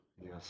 Yes